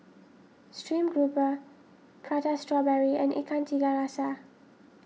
Stream Grouper Prata Strawberry and Ikan Tiga Rasa